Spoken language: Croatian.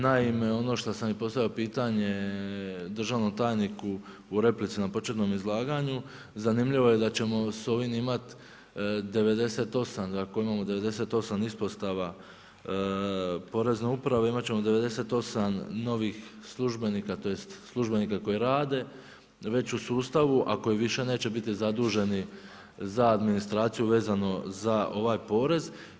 Naime, ono što sam i postavio pitanje, državnom tajniku, u replici na početnom izlaganju, zanimljivo je da ćemo sa ovim imati 98, ako imamo 98 ispostava Porezne uprave, imati ćemo 98 novih službenika, tj. službenika koji rade, već u sustavu, a koji više neće biti zaduženi za administraciju, vezano za ovaj porez.